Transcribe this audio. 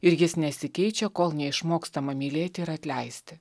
ir jis nesikeičia kol neišmokstama mylėti ir atleisti